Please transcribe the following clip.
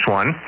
one